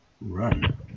run